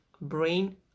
brain